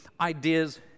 ideas